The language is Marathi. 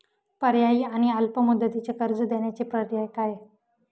पर्यायी आणि अल्प मुदतीचे कर्ज देण्याचे पर्याय काय?